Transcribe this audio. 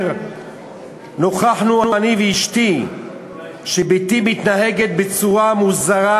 נוכחנו אני ואשתי שבתי מתנהגת בצורה מוזרה,